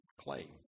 claim